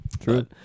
True